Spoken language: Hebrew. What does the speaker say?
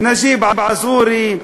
נג'יב עזורי,